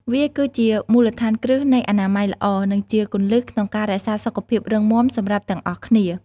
វាគឺជាមូលដ្ឋានគ្រឹះនៃអនាម័យល្អ និងជាគន្លឹះក្នុងការរក្សាសុខភាពរឹងមាំសម្រាប់ទាំងអស់គ្នា។